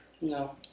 No